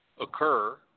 occur